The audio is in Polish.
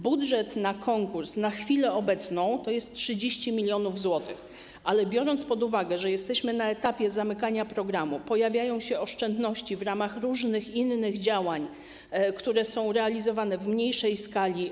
Budżet na konkurs na chwilę obecną wynosi 30 mln zł, ale biorąc pod uwagę, że jesteśmy na etapie zamykania programu, pojawiają się oszczędności w ramach różnych innych działań, które są realizowane w mniejszej skali.